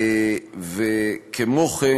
כמו כן,